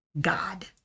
God